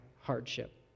hardship